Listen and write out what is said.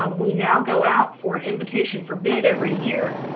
um we now go out for an invitation for bid every year,